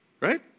Right